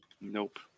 Nope